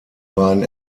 beiden